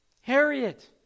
Harriet